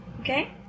Okay